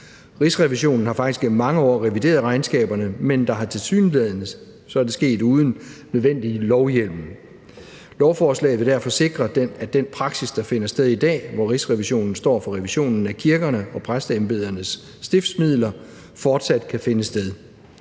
Rigsrevisionen har faktisk gennem mange år revideret regnskaberne, men tilsyneladende er det sket uden den nødvendige lovhjemmel. Lovforslaget vil derfor sikre, at den praksis, der finder sted i dag, hvor Rigsrevisionen står for revisionen af kirkerne og præsteembedernes stiftsmidler, fortsat kan finde sted.